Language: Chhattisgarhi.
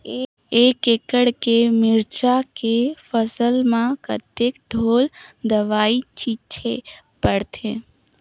एक एकड़ के मिरचा के फसल म कतेक ढोल दवई छीचे पड़थे?